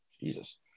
Jesus